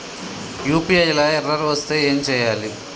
UPI లా error వస్తే ఏం చేయాలి?